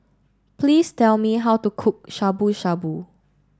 please tell me how to cook Shabu Shabu